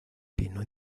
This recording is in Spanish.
pino